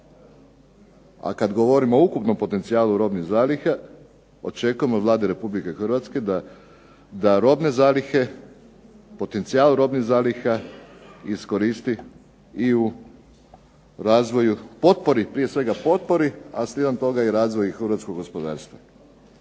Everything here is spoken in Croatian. a kada govorimo o ukupnom potencijalu robnih zaliha očekujemo od Vlade Republike Hrvatske da robne zalihe, potencijal robnih zaliha iskoristi i u razvoju potpori prije svega, slijedom toga i razvoju Hrvatskog gospodarstva.